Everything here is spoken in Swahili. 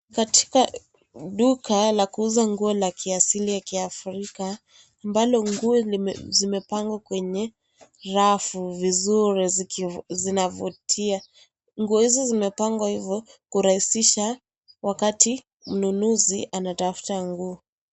Katika duka la kuuza nguo la kiasili la kiafrika ambalo nguo zimepangwa kwenye rafu vizuri zinavutia, nguo hizi zimepangwa hivo kurahisisha wakati mnunuzi anatafuta nguo.